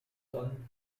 done